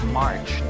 march